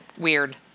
Weird